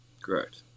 Correct